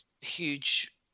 huge